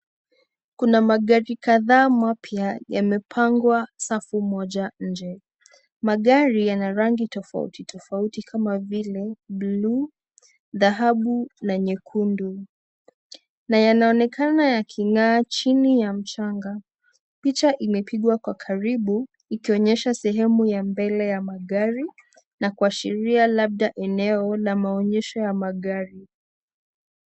Kuna magari kadhaa mapya yamepangwa safu moja nje .Magari yana rangi tofauti tofauti kama vile blue , dhahabu na nyekundu na yanaonekana yaking'aa chini ya mchanga .Picha imepigwa kwa karibu ikionyesha sahemu ya mbele ya magari na kuashiria labda eneo la maonyesho ya magari.